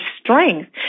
strength